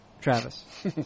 Travis